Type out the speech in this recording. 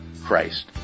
Christ